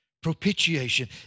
Propitiation